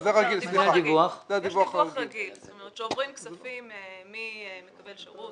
זאת אומרת שכאשר עוברים כספים ממקבל שירות